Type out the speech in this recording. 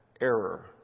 error